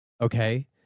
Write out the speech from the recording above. okay